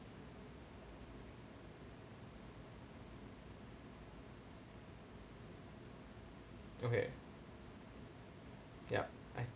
okay yup I